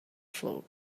float